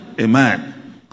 Amen